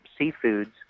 seafoods